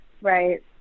Right